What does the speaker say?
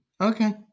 Okay